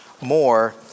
more